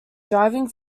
driving